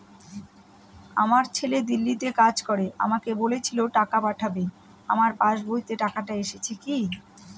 আমার ছেলে দিল্লীতে কাজ করে আমাকে বলেছিল টাকা পাঠাবে আমার পাসবইতে টাকাটা এসেছে কি?